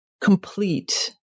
complete